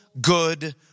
good